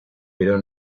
pero